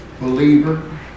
believer